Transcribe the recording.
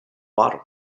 bottom